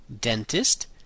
dentist